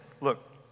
look